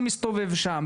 שילדים מסתובבים שם,